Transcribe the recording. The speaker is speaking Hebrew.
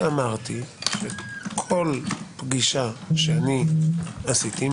אמרתי כל פגישה שעשיתי,